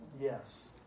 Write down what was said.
Yes